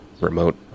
remote